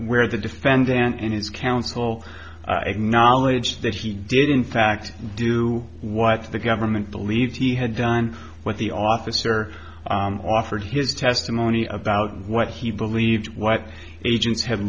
where the defendant and his counsel acknowledged that he did in fact do what the government believed he had done what the officer offered his testimony about what he believed what agents have